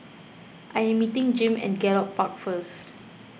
I am meeting Jim at Gallop Park first